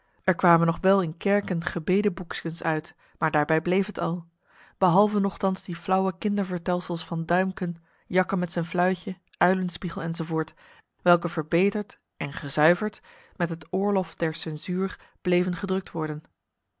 er kwamen nog wel kerken gebedeboekskens uit maar daarbij bleef het al behalve nochtans die flauwe kindervertelsels van duimken jakke met zijn fluitje uilenspiegel enz welke verbeterd en gezuiverd met het oorlof der censuur bleven gedrukt worden